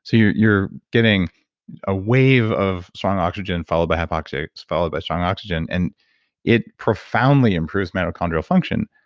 so you're you're getting a wave of strong oxygen and followed by hypoxia followed by strong oxygen. and it profoundly improves mitochondrial function.